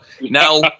now